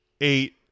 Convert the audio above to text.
eight